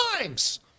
times